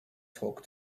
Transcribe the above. talk